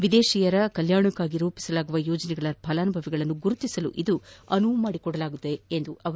ವಿದೇಶಿಯರ ಕಲ್ಯಾಣಕ್ಕಾಗಿ ರೂಪಿಸಲಾಗುವ ಯೋಜನೆಗಳ ಫಲಾನುಭವಿಗಳನ್ನು ಗುರುತಿಸಲು ಇದು ಅನುವು ಮಾಡಿಕೊಡಲಿದೆ ಎಂದರು